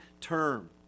term